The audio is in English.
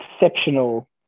exceptional